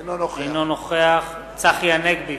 אינו נוכח צחי הנגבי,